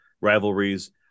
rivalries